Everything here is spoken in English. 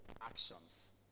actions